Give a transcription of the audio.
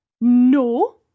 No